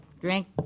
Drink